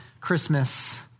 Christmas